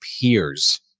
peers